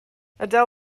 adele